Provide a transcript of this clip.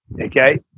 Okay